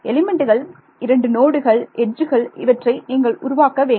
எலிமெண்ட்டுகள் இரண்டு நோடுகள் எட்ஜுகள் இவற்றை நீங்கள் உருவாக்க வேண்டும்